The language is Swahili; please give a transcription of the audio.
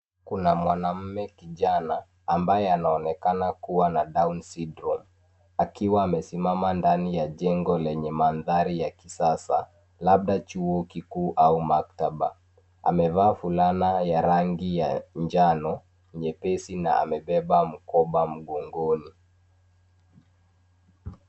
Kuna mwanamume kijana ambaye anaonekana kuwa na Down Syndrome akiwa amesimama ndani ya jengo lenye mandhari ya kisasa, labda chuo kikuu au maktaba. Amevaa fulana ya rangi ya njano nyepesi na amebeba mkoba mgongoni